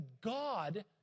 God